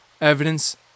evidence